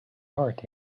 heart